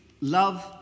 love